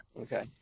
Okay